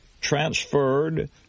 transferred